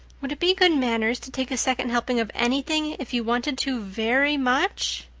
would it be good manners to take a second helping of anything if you wanted to very much?